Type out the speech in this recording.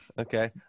Okay